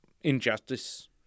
injustice